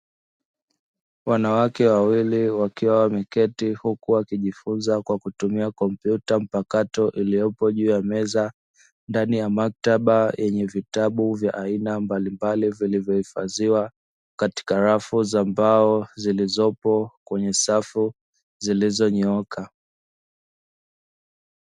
Wanawake wawili wakiwa wameketi, huku wakijifunza kwa kutumia kompyuta mpakato iliyopo juu ya meza, ndani ya maktaba yenye vitabu vya aina mbalimbali vilivyohifadhiwa katika rafu za mbao zilizopo kwenye safu zilizonyooka.